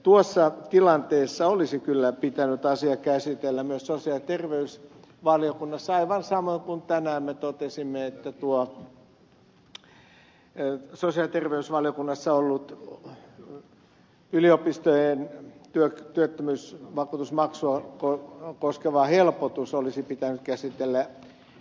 tuossa tilanteessa olisi kyllä pitänyt asia käsitellä myös sosiaali ja terveysvaliokunnassa aivan samoin kuin tänään me totesimme että sosiaali ja terveysvaliokunnassa ollut yliopistojen työttömyysvakuutusmaksua koskeva helpotus olisi pitänyt käsitellä perustuslakivaliokunnassa